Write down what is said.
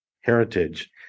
heritage